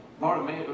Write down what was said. Martin